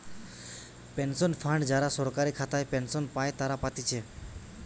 pension fund যারা সরকারি খাতায় পেনশন পাই তারা পাতিছে